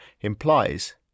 implies